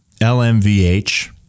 LMVH